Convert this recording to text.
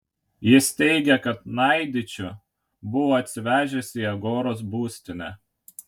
jis teigė kad naidičių buvo atsivežęs į agoros būstinę